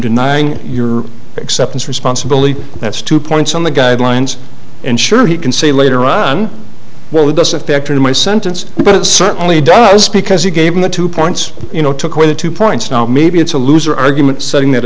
denying your acceptance responsibility that's two points on the guidelines and sure he can say later on well it doesn't affect my sentence but it certainly does because you gave him the two points you know took away the two points no maybe it's a loser argument setting that